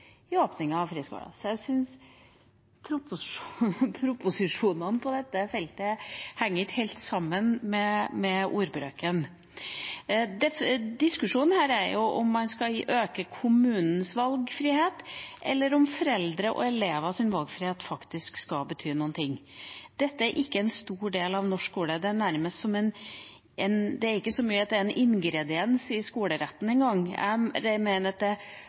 I de seks siste årene i regjering har man hatt 14 omgjøringer av innstillinger fra Utdanningsdirektoratet, det er 2,3 i året, mens man i samme periode har gitt 53 avslag på søknader om å åpne friskoler. Så proporsjonene på dette feltet henger ikke helt sammen med ordbruken. Diskusjonen her er om man skal øke kommunens valgfrihet, eller om foreldre og elevers valgfrihet faktisk skal bety noe. Dette er ikke en stor del av norsk skole. Det